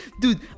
dude